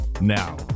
Now